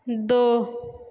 दो